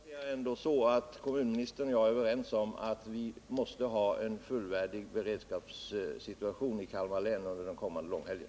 Herr talman! Till sist konstaterar jag ändå att kommunministern och jag är överens om att vi måste ha en fullvärdig beredskap i Kalmar län under den kommande långhelgen.